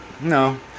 No